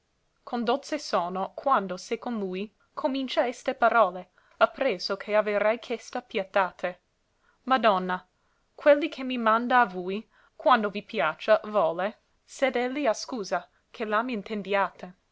dolze sono quando se con lui comincia este parole appresso che averai chesta pietate madonna quelli che mi manda a vui quando vi piaccia vole sed elli ha scusa che la m'intendiate